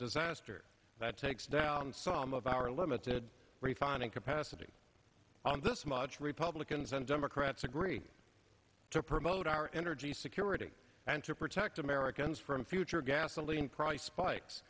disaster that takes down some of our limited refining capacity on this much republicans and democrats agree to promote our energy security and to protect americans from future gasoline price spikes